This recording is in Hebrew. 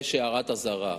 יש הערת אזהרה,